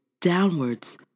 downwards